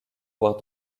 voire